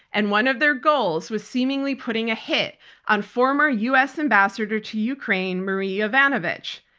and one of their goals was seemingly putting a hit on former us ambassador to ukraine, marie yovanovitch.